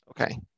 Okay